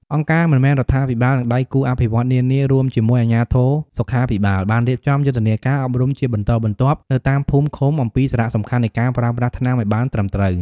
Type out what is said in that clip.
អង្គការមិនមែនរដ្ឋាភិបាល និងដៃគូអភិវឌ្ឍន៍នានា រួមជាមួយអាជ្ញាធរសុខាភិបាល បានរៀបចំយុទ្ធនាការអប់រំជាបន្តបន្ទាប់នៅតាមភូមិ ឃុំ អំពីសារៈសំខាន់នៃការប្រើប្រាស់ថ្នាំឱ្យបានត្រឹមត្រូវ ។